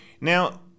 Now